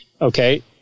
okay